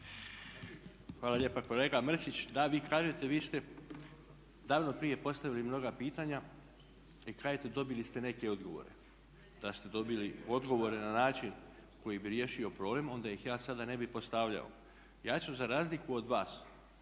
Hvala lijepa kolega Mrsić. Da, vi kažete vi ste davno prije postavili mnoga pitanja i kažete dobili ste neke odgovore. Da ste dobili odgovore na način koji bi riješio problem, onda ih ja sada ne bih postavljao. Ja ću za razliku od vas